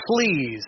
please